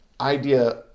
idea